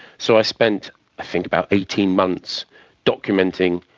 so i spent i think about eighteen months documenting,